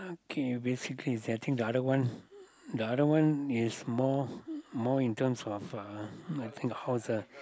K basically it's that think the other ones the other one is more more in terms of uh I think how's the